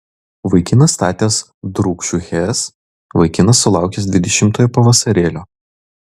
vaikinas statęs drūkšių hes vaikinas sulaukęs dvidešimtojo pavasarėlio